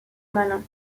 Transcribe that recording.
malin